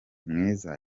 mwiza